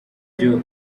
byo